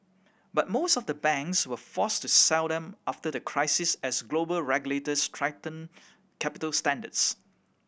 but most of the banks were forced to sell them after the crisis as global regulators tightened capital standards